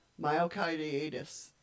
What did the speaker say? Myocarditis